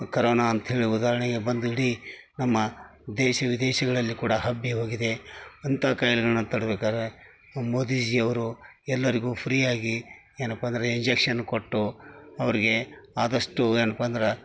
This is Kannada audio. ಕರೋನ ಅಂತ್ಹೇಳಿ ಉದಾಹರಣೆಗೆ ಬಂದು ಇಡೀ ನಮ್ಮ ದೇಶ ವಿದೇಶಗಳಲ್ಲಿ ಕೂಡ ಹಬ್ಬಿ ಹೋಗಿದೆ ಅಂತಾ ಕಾಯಿಲೆಗಳನ್ನ ತಡಿಬೇಕಾದರೆ ಮೋದಿಜೀಯವರು ಎಲ್ಲರಿಗೂ ಫ್ರೀಯಾಗಿ ಏನಪ್ಪ ಅಂದರೆ ಇಂಜೆಕ್ಷನ್ ಕೊಟ್ಟು ಅವರಿಗೆ ಆದಷ್ಟು ಏನಪ್ಪ ಅಂದ್ರ